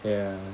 ya